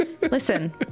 Listen